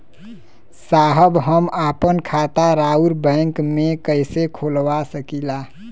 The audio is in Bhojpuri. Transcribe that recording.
साहब हम आपन खाता राउर बैंक में कैसे खोलवा सकीला?